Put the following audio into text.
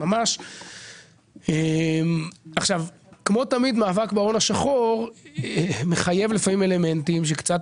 אמנם מאבק בהון השחור מחייב אלמנטים שקצת